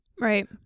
right